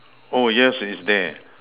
oh yes it's there